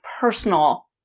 personal